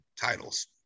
titles